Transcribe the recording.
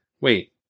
wait